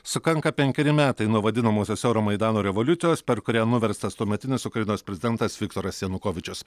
sukanka penkeri metai nuo vadinamosios euromaidano revoliucijos per kurią nuverstas tuometinis ukrainos prezidentas viktoras janukovyčius